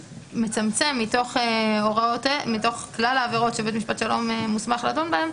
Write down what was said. מצמצם מתוך כלל העבירות שבית משפט שלום מוסמך לדון בהן,